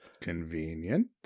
Convenient